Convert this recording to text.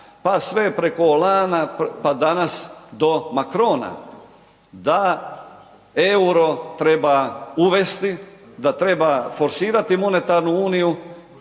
pa sve preko Hollandea pa danas do Macrona da eura treba uvesti, da treba forsirati monetarnu uniju,